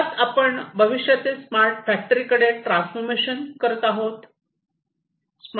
मुळात आपण भविष्यातील स्मार्ट फॅक्टरी कडे ट्रान्सफॉर्मेशन करत आहोत